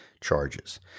charges